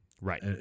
Right